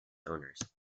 owners